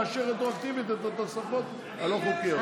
לאשר רטרואקטיבית את התוספות הלא-חוקיות.